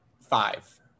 five